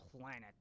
planet